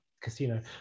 Casino